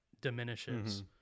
diminishes